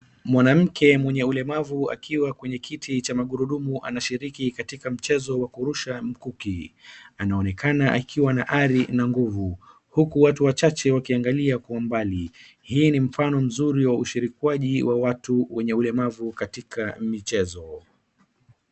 Mwanamke mwenye ulemavu akiwa kwenye kiti cha magurudumu anashiriki katika mchezo wa kurusha mkuki. Anaonekana akiwa na ari na nguvu, huku watu wachache wakiangalia kwa mbali. Hii ni mfano mzuri wa ushirikwaji wa watu wenye ulemavu katika michezo.